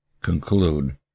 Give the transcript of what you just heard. conclude